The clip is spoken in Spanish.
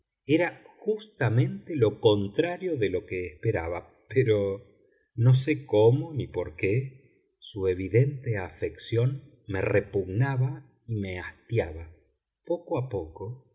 era justamente lo contrario de lo que esperaba pero no sé cómo ni por qué su evidente afección me repugnaba y me hastiaba poco a poco